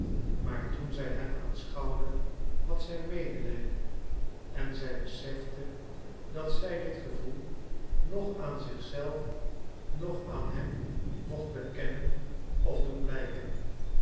maar toen zij hem aanschouwde had zij medelijden en zij besefte dat zij dit gevoel noch aan zich zelf noch aan hem mocht bekennen of doen blijken